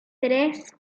tres